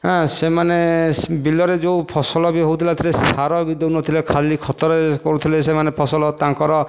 ହଁ ସେମାନେ ବିଲ ରେ ଯେଉଁ ଫସଲ ବି ହେଉଥିଲା ସେଥିରେ ସାର ବି ଦେଉ ନଥିଲେ ଖାଲି ଖତରେ କରୁଥିଲେ ସେମାନେ ଫସଲ ତାଙ୍କର